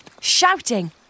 shouting